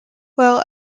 while